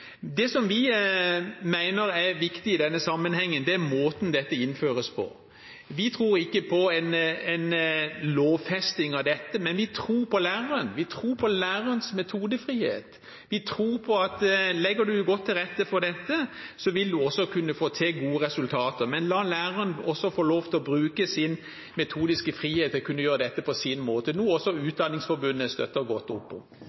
Det vi mener er viktig i denne sammenhengen, er måten dette innføres på. Vi tror ikke på en lovfesting av dette, men vi tror på læreren, vi tror på lærerens metodefrihet. Vi tror på at legger man godt til rette for dette, vil en også kunne få til gode resultater, men la læreren også få lov til å bruke sin metodiske frihet til å kunne gjøre dette på sin måte, noe også Utdanningsforbundet støtter godt opp om.